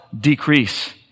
decrease